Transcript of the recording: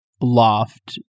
Loft